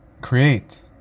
create